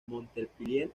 montpellier